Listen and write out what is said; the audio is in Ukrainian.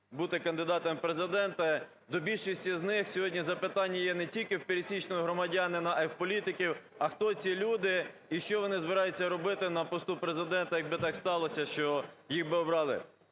бути кандидатом в Президенти, до більшості з них сьогодні запитання є не тільки в пересічного громадянина, а і у політиків: а хто ці люди і що вони збираються робити на посту Президента, якби так сталося, що їх би обрали?